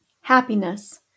happiness